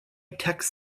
tech